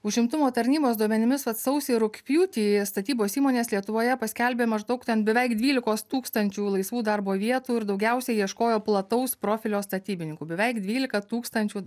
užimtumo tarnybos duomenimis vat sausį rugpjūtį statybos įmonės lietuvoje paskelbė maždaug ten beveik dvylikos tūkstančių laisvų darbo vietų ir daugiausiai ieškojo plataus profilio statybininkų beveik dvylika tūkstančių